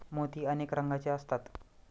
मोती अनेक रंगांचे असतात